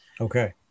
okay